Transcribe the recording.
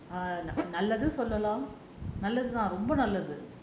நல்லதுன்னு சொல்லலாம் நல்லது தான் ரொம்ப நல்லது:nallathunnu sollalaam nallathu thaan romba nallathu